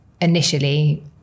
Initially